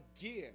again